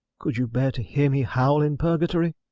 could you bear to hear me howl in purgatory?